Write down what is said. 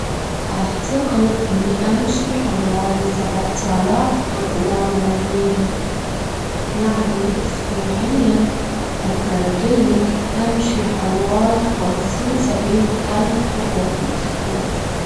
أعتقد أني أمشي حوالي سبعتالاف خطوة يوميًا، يعني أسبوعيًا أجدر أجيلك أمشي حوالي خمسين سبعين ألف خطوة في الأسبوع.